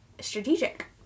strategic